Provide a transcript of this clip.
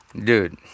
Dude